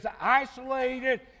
isolated